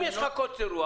אם יש לך קוצר רוח.